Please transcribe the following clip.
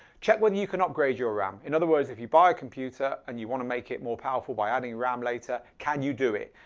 check whether you can upgrade your ram. in other words if you buy a computer and you want to make it more powerful by adding ram later can you do it,